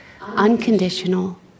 unconditional